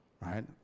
right